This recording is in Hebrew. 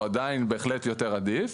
הוא עדיין בהחלט יותר עדיף,